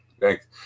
Thanks